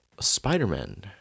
Spider-Man